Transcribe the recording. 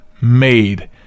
made